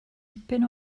dipyn